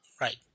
Right